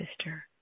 sister